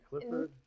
Clifford